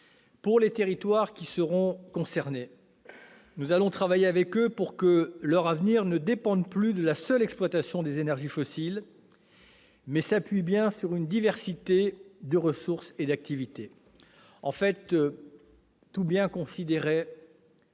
avec les territoires qui seront concernés, pour que leur avenir ne dépende plus de la seule exploitation des énergies fossiles, mais s'appuie bien sur une diversité de ressources et d'activités. En fait, tout bien considéré,